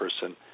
person